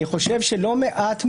אני חושב שלא מעט מהשופטים,